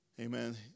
Amen